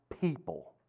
people